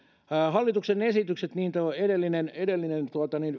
hallituksen esitykset niin tuo edellinen edellinen